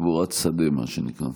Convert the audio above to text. קבורת שדה, מה נקרא.